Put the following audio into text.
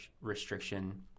restriction